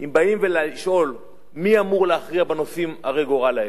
אם באים לשאול מי אמור להכריע בנושאים הרי הגורל האלה: